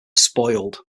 spoiled